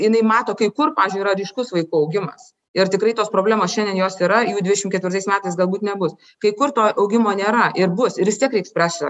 jinai mato kai kur pavyzdžiui yra ryškus vaikų augimas ir tikrai tos problemos šiandien jos yra jų dvidešim ketvirtais metais galbūt nebus kai kur to augimo nėra ir bus ir vis tiek reiks spręst šitą